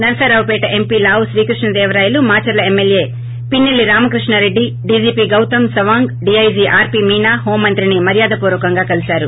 Narasaraopet MP Lavu Srikrishna Devarayalu Macherla MLA Pinnelli Ramakrishna Reddy DGP Goutham Sawang డీపజీ RP Meena home మంత్రిని మర్యాదపూర్వకంగా కలిశారు